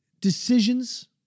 decisions